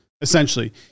Essentially